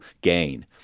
gain